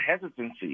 hesitancy